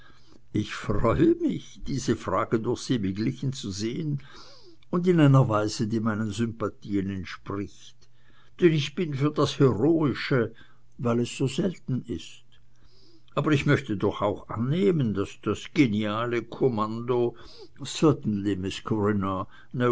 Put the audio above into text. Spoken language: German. ich freue mich diese frage durch sie beglichen zu sehen und in einer weise die meinen sympathien entspricht denn ich bin für das heroische weil es so selten ist aber ich möchte doch auch annehmen daß das geniale kommando